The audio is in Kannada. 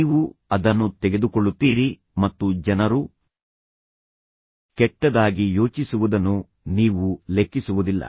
ನೀವು ಅದನ್ನು ತೆಗೆದುಕೊಳ್ಳುತ್ತೀರಿ ಮತ್ತು ಜನರು ಕೆಟ್ಟದಾಗಿ ಯೋಚಿಸುವುದನ್ನು ನೀವು ಲೆಕ್ಕಿಸುವುದಿಲ್ಲ